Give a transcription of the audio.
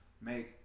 make